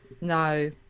no